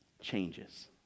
changes